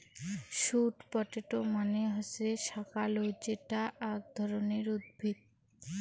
sweet potato মানে হসে শাকালু যেটা আক ধরণের উদ্ভিদ